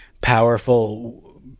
powerful